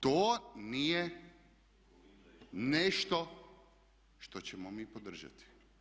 To nije nešto što ćemo mi podržati.